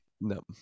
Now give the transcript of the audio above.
No